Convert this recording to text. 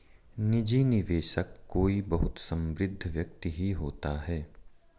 निजी निवेशक कोई बहुत समृद्ध व्यक्ति ही होता है